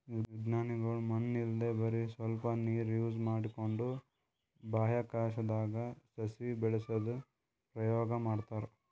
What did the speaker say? ವಿಜ್ಞಾನಿಗೊಳ್ ಮಣ್ಣ್ ಇಲ್ದೆ ಬರಿ ಸ್ವಲ್ಪೇ ನೀರ್ ಯೂಸ್ ಮಾಡ್ಕೊಂಡು ಬಾಹ್ಯಾಕಾಶ್ದಾಗ್ ಸಸಿ ಬೆಳಸದು ಪ್ರಯೋಗ್ ಮಾಡ್ತಾರಾ